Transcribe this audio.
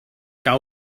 que